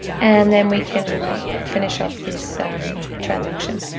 and then we can finish off this um transaction.